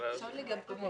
כאן